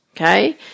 okay